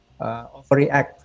overreact